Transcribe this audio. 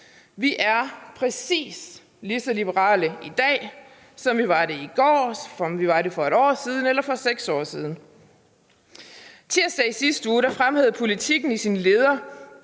Vi er præcis lige så liberale i dag, som vi var det i går, som vi var det for 1 år siden og for 6 år siden. Tirsdag i sidste uge fremhævede Politiken i sin leder